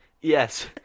Yes